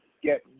get